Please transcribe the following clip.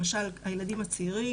למשל הילדים הצעירים,